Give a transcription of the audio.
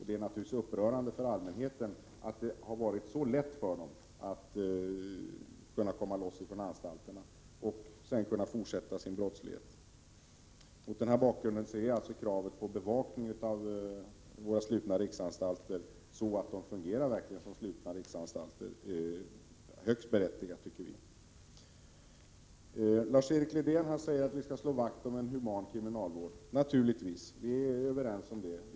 Det är naturligtvis upprörande för allmänheten att det har varit så lätt för brottslingarna att komma loss från anstalterna och att de sedan kunnat fortsätta sin brottslighet. Mot denna bakgrund är kravet på en sådan bevakning av våra slutna riksanstalter att de verkligen fungerar som slutna riksanstalter högst berättigat, tycker vi. Lars-Erik Lövdén säger att vi skall slå vakt om en human kriminalvård. Naturligtvis. Vi är överens om det.